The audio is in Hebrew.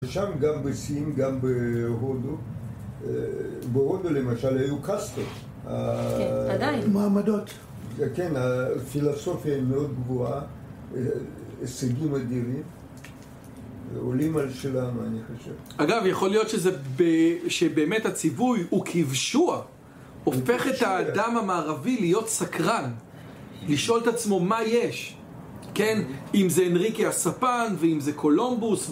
שם, גם בסין, גם בהודו בהודו למשל היו קסטות כן, עדיין מעמדות כן, הפילוסופיה היא מאוד גבוהה הישגים אדירים עולים על שלנו, אני חושב אגב, יכול להיות שזה באמת הציווי הוא כבשוה הופך את האדם המערבי להיות סקרן לשאול את עצמו מה יש כן, אם זה אנריקי הספן, ואם זה קולומבוס